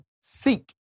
seek